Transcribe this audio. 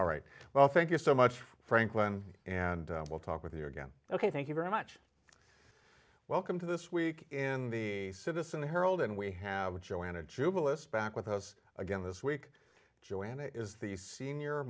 all right well thank you so much franklin and we'll talk with you again ok thank you very much welcome to this week in the citizen her old and we have joanna jubilance back with us again this week joanna is the senior